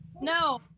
No